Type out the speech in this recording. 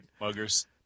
muggers